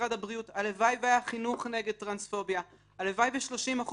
במשרד הבריאות; הלוואי והיה חינוך נגד טרנספוביה; הלוואי ו-30%